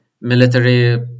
military